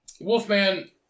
Wolfman